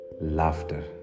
laughter